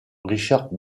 richard